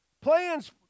Plans